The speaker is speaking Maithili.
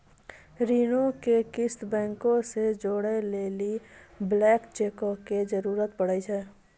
ऋणो के किस्त बैंको से जोड़ै लेली ब्लैंक चेको के जरूरत पड़ै छै